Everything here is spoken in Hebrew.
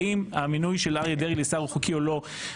האם המינוי של אריה דרעי לשר הוא חוקי או לא.